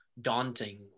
daunting